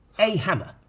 a hammer,